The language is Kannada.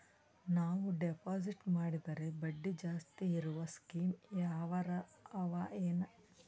ನಾವು ಡೆಪಾಜಿಟ್ ಮಾಡಿದರ ಬಡ್ಡಿ ಜಾಸ್ತಿ ಇರವು ಸ್ಕೀಮ ಯಾವಾರ ಅವ ಏನ?